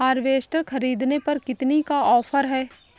Harvester ख़रीदने पर कितनी का ऑफर है?